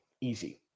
easy